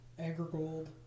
agrigold